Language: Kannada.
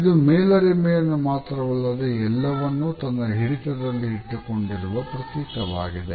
ಇದು ಮೇಲರಿಮೆಯನ್ನು ಮಾತ್ರವಲ್ಲದೆ ಎಲ್ಲವನ್ನೂ ತನ್ನ ಹಿಡಿತದಲ್ಲಿ ಇಟ್ಟುಕೊಂಡಿರುವ ಪ್ರತೀಕವಾಗಿದೆ